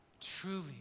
truly